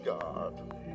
God